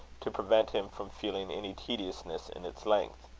to prevent him from feeling any tediousness in its length.